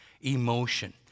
emotion